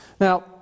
Now